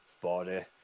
body